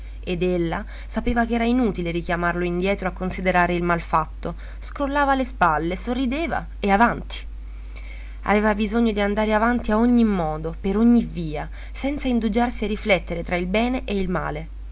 ed ella sapeva ch'era inutile richiamarlo indietro a considerare il mal fatto scrollava le spalle sorrideva e avanti aveva bisogno d'andare avanti a ogni modo per ogni via senza indugiarsi a riflettere tra il bene e il male